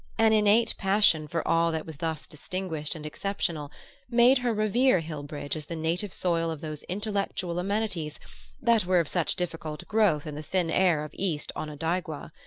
an innate passion for all that was thus distinguished and exceptional made her revere hillbridge as the native soil of those intellectual amenities that were of such difficult growth in the thin air of east onondaigua.